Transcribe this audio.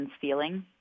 feeling